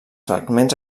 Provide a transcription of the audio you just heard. fragments